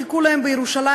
חיכו להם בירושלים,